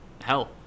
hell